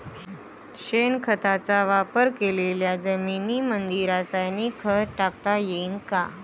शेणखताचा वापर केलेल्या जमीनीमंदी रासायनिक खत टाकता येईन का?